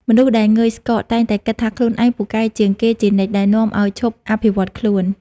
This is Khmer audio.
មនុស្សដែលងើយស្កក តែងតែគិតថាខ្លួនឯងពូកែជាងគេជានិច្ច ដែលនាំឱ្យឈប់អភិវឌ្ឍខ្លួន។